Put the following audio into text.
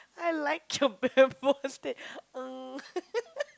I like